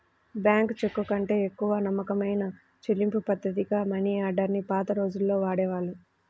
bank చెక్కుకంటే ఎక్కువ నమ్మకమైన చెల్లింపుపద్ధతిగా మనియార్డర్ ని పాత రోజుల్లో వాడేవాళ్ళు